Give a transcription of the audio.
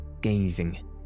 gazing